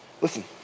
listen